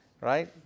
right